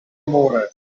amore